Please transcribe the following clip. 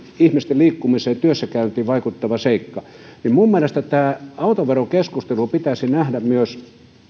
ihmisten liikkumiseen ja työssäkäyntiin vaikuttava seikka minun mielestäni tämä autoverokeskustelu pitäisi nähdä myös